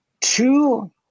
two